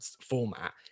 format